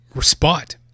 Spot